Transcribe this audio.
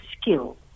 skill